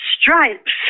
stripes